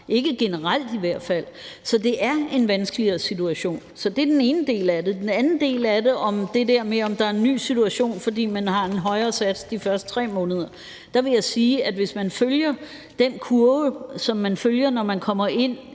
ikke generelt i hvert fald. Så det er en vanskeligere situation. Det er den ene del af det. I forhold til den anden del af det, om det der med, om der er en ny situation, fordi man har en højere sats de første 3 måneder, vil jeg sige, at hvis man følger den kurve, som man følger, når man kommer ind,